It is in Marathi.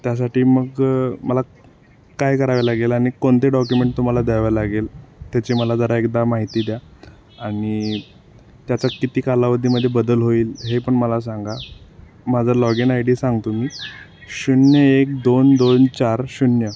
त्यासाठी मग मला काय कराव्या लागेल आणि कोणते डॉक्युमेंट तुम्हाला द्यावं लागेल त्याची मला जरा एकदा माहिती द्या आणि त्याचा किती कालावधीमध्ये बदल होईल हे पण मला सांगा माझं लॉगिन आय डी सांगतो मी शून्य एक दोन दोन चार शून्य